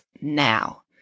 now